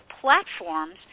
platforms